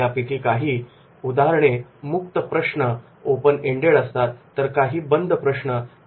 यापैकी काही उदाहरणे मुक्त प्रश्न open ended ओपन एंडेड असतात तर काही बद्ध प्रश्न close ended क्लोज एंडेडअसतात